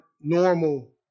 normal